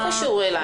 לא קשור אלייך.